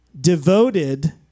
devoted